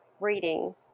reading